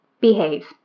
Behave